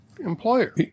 employer